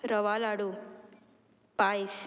रवा लाडू पायस